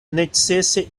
necese